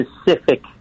specific